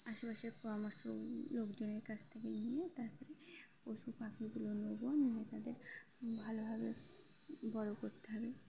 আশেপাশের পরামর্শ লোকজনের কাছ থেকে নিয়ে তারপরে পশু পাখিগুলো নেবো নিয়ে তাদের ভালোভাবে বড় করতে হবে